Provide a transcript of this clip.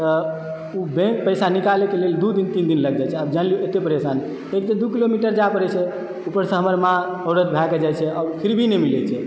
तऽ बैंक पैसा निकालयके लेल दू दिन तीन दिन लागि जाइ छै आब जानि लिऔ एतय परेशानी किआकि दू किलोमीटर जाय परैत छै ऊपरसँ हमर माँ औरत भएक जाइत छै फिरभी नहि मिलैत छै